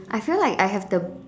I feel like I have the